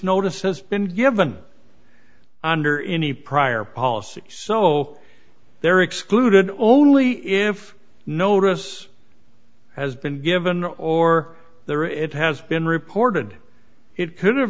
notice has been given under any prior policies so they're excluded only if notice has been given or there it has been reported it could